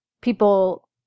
people